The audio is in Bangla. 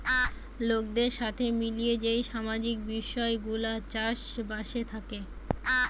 লোকদের সাথে মিলিয়ে যেই সামাজিক বিষয় গুলা চাষ বাসে থাকে